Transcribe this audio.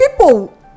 people